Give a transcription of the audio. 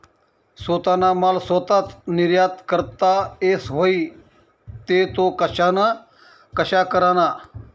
सोताना माल सोताच निर्यात करता येस व्हई ते तो कशा कराना?